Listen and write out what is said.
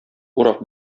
урак